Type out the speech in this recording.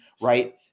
right